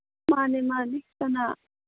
ꯃꯥꯅꯦ ꯃꯥꯅꯦ ꯀꯅꯥ